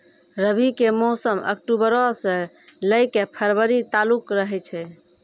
रबी के मौसम अक्टूबरो से लै के फरवरी तालुक रहै छै